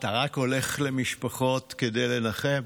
אתה רק הולך למשפחות כדי לנחם?